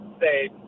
say